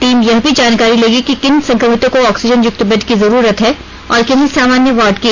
team यह भी जानकारी लेगी कि किन संक्रमितों को ऑक्सीजन युक्त बेड की जरूरत है और किन्हें सामान्य वार्ड की